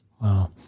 wow